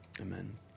amen